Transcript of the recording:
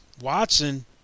Watson